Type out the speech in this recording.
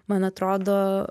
man atrodo